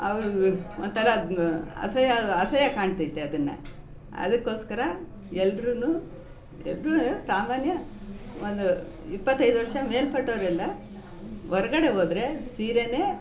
ಅವರು ಒಂಥರ ಅದನ್ನು ಅಸಹ್ಯ ಅಸಹ್ಯ ಕಾಣ್ತೈತೆ ಅದನ್ನು ಅದಕ್ಕೋಸ್ಕರ ಎಲ್ರೂ ಎಲ್ಲರೂ ಸಾಮಾನ್ಯ ಒಂದು ಇಪ್ಪತ್ತೈದು ವರ್ಷ ಮೇಲ್ಪಟ್ಟೋರೆಲ್ಲ ಹೊರ್ಗಡೆ ಹೋದ್ರೆ ಸೀರೆಯೇ